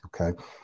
Okay